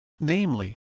namely